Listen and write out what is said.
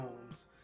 homes